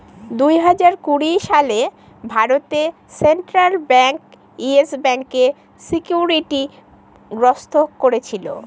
দুই হাজার কুড়ি সালে ভারতে সেন্ট্রাল ব্যাঙ্ক ইয়েস ব্যাঙ্কে সিকিউরিটি গ্রস্ত করেছিল